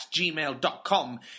gmail.com